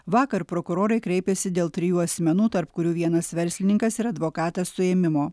vakar prokurorai kreipėsi dėl trijų asmenų tarp kurių vienas verslininkas ir advokatas suėmimo